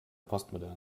postmoderne